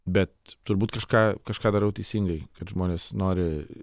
bet turbūt kažką kažką darau teisingai kad žmonės nori